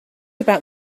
about